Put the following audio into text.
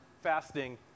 fasting